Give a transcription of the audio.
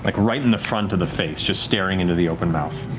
like right in the front of the face, just staring into the open mouth.